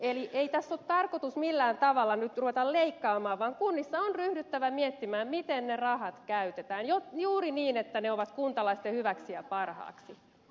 eli ei tässä ole tarkoitus millään tavalla nyt ruveta leikkaamaan vaan kunnissa on ryhdyttävä miettimään miten ne rahat käytetään juuri niin että ne ovat kuntalaisten hyväksi ja parhaaksi